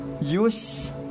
use